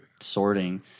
sorting